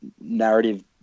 narrative